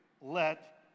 let